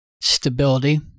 Stability